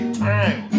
time